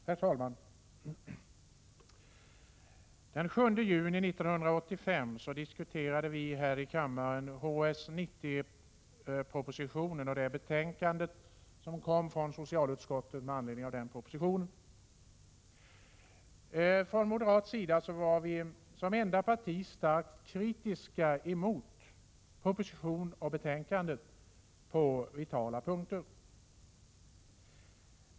Herr talman! Den 7 juni 1985 diskuterade vi här i riksdagen propositionen om HS 90 och socialutskottets betänkande med anledning av denna proposition. Från moderat sida var vi som enda parti starkt kritiska mot proposition och betänkande på vitala punkter.